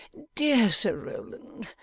dear sir rowland,